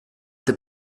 the